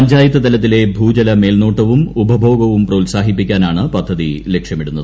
പഞ്ചായത്ത് തലത്തിലെ ഭൂജല മേൽനോട്ടവും ഉപഭോഗവും പ്രോത്സാഹിപ്പിക്കാനാണ് പദ്ധതി ലക്ഷ്യമിടുന്നത്